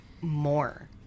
more